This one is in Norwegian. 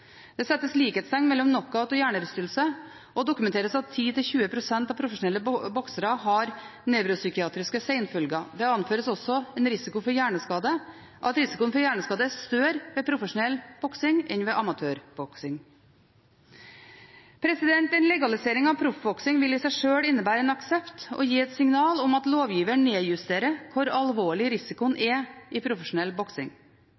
Det settes likhetstegn mellom knockout og hjernerystelse, og det dokumenteres at 10–20 pst. av profesjonelle boksere har nevropsykiatriske senfølger. Det anføres også en risiko for hjerneskade, og at risikoen for hjerneskade er større ved profesjonell boksing enn ved amatørboksing. En legalisering av proffboksing vil i seg sjøl innebære en aksept for og gi et signal om at lovgiveren nedjusterer hvor alvorlig risikoen er i profesjonell boksing.